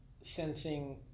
Sensing